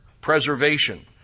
preservation